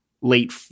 late